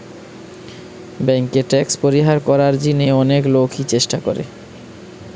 বেঙ্কে ট্যাক্স পরিহার করার জিনে অনেক লোকই চেষ্টা করে